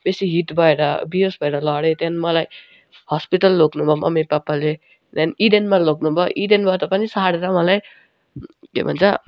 बेसी हिट भएर बिहोस भएर लडेँ त्यहाँदेखि मलाई हस्पिटल लग्नु भयो मम्मीपापाले त्यहाँदेखि इडेनमा लग्नु भयो इडेनबाट पनि सारेर मलाई के भन्छ